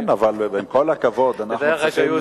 כן, אבל עם כל הכבוד, אנחנו צריכים,